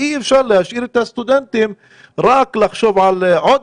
אי אפשר להשאיר את הסטודנטים רק לחשוב על עוד